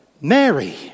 Mary